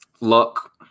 Luck